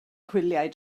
gwyliau